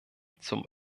zum